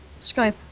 Skype